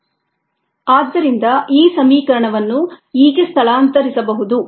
Et E ES ಆದ್ದರಿಂದ ಈ ಸಮೀಕರಣವನ್ನು ಹೀಗೆ ಸ್ಥಳಾಂತರಿಸಬಹುದು